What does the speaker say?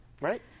right